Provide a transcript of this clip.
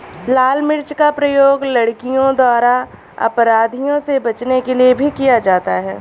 लाल मिर्च का प्रयोग लड़कियों द्वारा अपराधियों से बचने के लिए भी किया जाता है